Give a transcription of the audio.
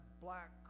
black